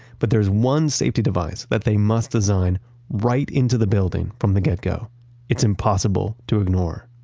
but there's one safety device that they must design right into the building from the get-go. it's impossible to ignore.